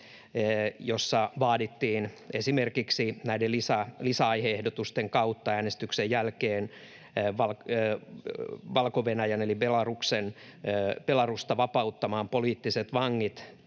jossa vaadittiin esimerkiksi näiden lisäaihe-ehdotusten kautta äänestyksen jälkeen Valko-Venäjää eli Belarusta vapauttamaan poliittiset vangit,